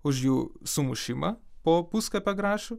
už jų sumušimą po puskapę grašių